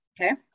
Okay